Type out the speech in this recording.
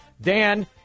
Dan